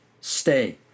Stay